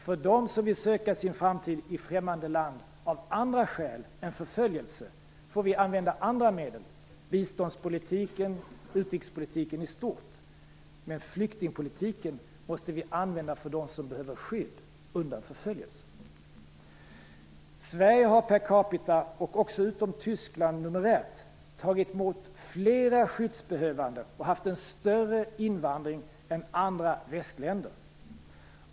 För dem som vill söka sin framtid i främmande land av andra skäl än förföljelse får vi använda andra medel; biståndspolitiken och utrikespolitiken i stort. Men flyktingpolitiken måste användas för dem som behöver skyddas mot förföljelse. Sverige har per capita - förutom Tyskland - numerärt tagit emot flera skyddsbehövande och har haft en större invandring än andra västländer.